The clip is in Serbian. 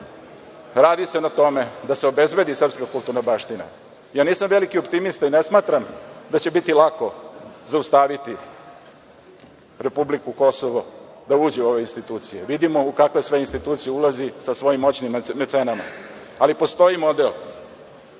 radi se na tome da se obezbedi srpska kulturna baština. Ja nisam veliki optimista i ne smatram da će biti lako zaustaviti Republiku Kosovo da uđe u ove institucije. Vidimo u kakve sve institucije ulazi sa svojim moćnim mecenama, ali postoji model,